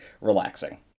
relaxing